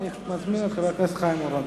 ואני מזמין את חבר הכנסת חיים אורון.